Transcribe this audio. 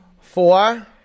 Four